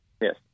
Yes